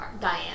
Diane